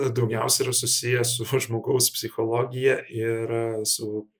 daugiausia yra susiję su žmogaus psichologija ir su